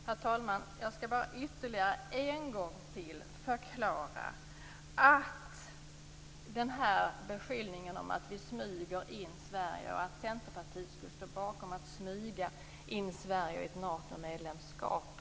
Herr talman! Jag skall bara ytterligare en gång ta upp beskyllningen att Centerpartiet skulle stå bakom att smyga in Sverige i ett Natomedlemskap.